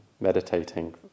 meditating